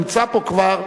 נמצא פה כבר,